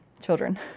children